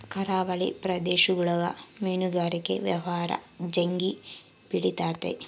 ಕರಾವಳಿ ಪ್ರದೇಶಗುಳಗ ಮೀನುಗಾರಿಕೆ ವ್ಯವಹಾರ ಜಗ್ಗಿ ಬೆಳಿತತೆ